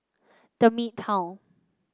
The Midtown